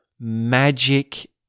magic